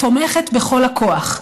תומכת בכל הכוח.